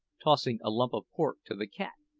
tossing a lump of pork to the cat,